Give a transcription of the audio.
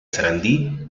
sarandí